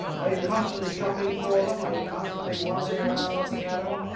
are you constantly shopping for them? are you constantly wandering around looking at them?